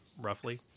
Roughly